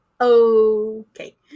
Okay